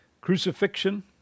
Crucifixion